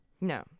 No